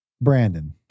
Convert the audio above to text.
Brandon